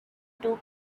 two